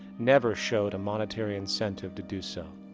never showed a monetary incentive to do so.